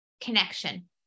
connection